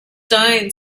dying